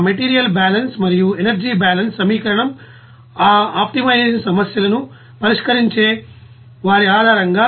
ఆ material balance మరియు energy balance సమీకరణం ఆ ఆప్టిమైజేషన్ సమస్యలను పరిష్కరించే వారి ఆధారంగా